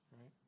right